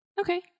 Okay